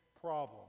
problem